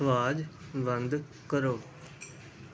ਆਵਾਜ਼ ਬੰਦ ਕਰੋ